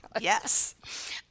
Yes